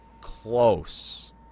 close